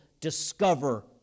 discover